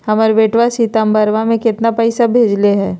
हमर बेटवा सितंबरा में कितना पैसवा भेजले हई?